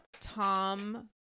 Tom